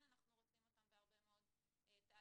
אנחנו רוצים אותם בהרבה מאוד תהליכים,